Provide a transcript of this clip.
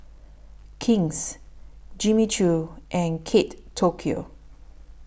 King's Jimmy Choo and Kate Tokyo